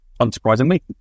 Unsurprisingly